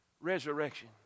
resurrection